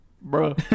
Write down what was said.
bro